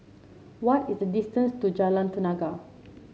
what is the distance to Jalan Tenaga